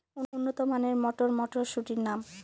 উন্নত মানের মটর মটরশুটির নাম?